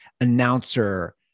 announcer